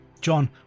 John